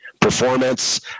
performance